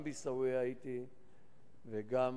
גם בעיסאוויה הייתי וגם